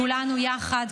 כולנו יחד,